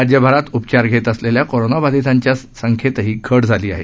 राज्यभरात उपचार घेत असलेल्या कोरोनाबाधितांच्या संख्येतही घट झाली आहे